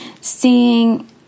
seeing